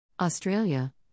Australia